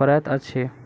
पड़ैत अछि